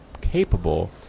capable